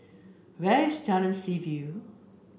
where is Jalan Seaview